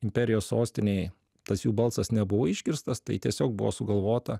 imperijos sostinėj tas jų balsas nebuvo išgirstas tai tiesiog buvo sugalvota